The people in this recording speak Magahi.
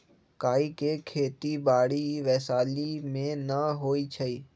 काइ के खेति बाड़ी वैशाली में नऽ होइ छइ